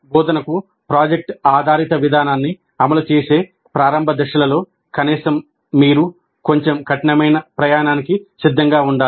బోధనకు ప్రాజెక్ట్ ఆధారిత విధానాన్ని అమలు చేసే ప్రారంభ దశలలో కనీసం మీరు కొంచెం కఠినమైన ప్రయాణానికి సిద్ధంగా ఉండాలి